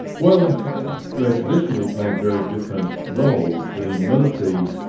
well they've traditionally played very different roles. the military